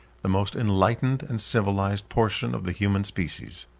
the most enlightened and civilized portion of the human species.